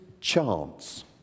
chance